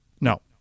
No